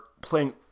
playing